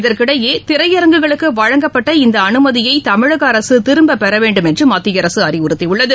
இதற்கிடையே திரையரங்குகளுக்கு வழங்கப்பட்ட இந்த அனுமதியை தமிழக அரசு திரும்பப் பெற வேண்டும் என்று மத்திய அரசு அறிவுறுத்தியுள்ளது